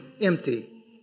empty